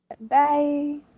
Bye